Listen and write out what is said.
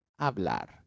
Hablar